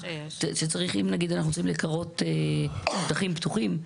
נגיד אם אנחנו צריכים לקרות שטחים פתוחים,